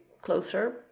closer